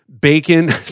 bacon